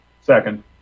Second